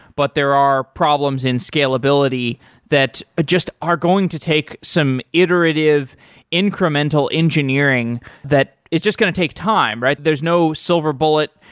but there are problems in scalability that ah just are going to take some iterative incremental engineering that is just going to take time. there is no silver bullet.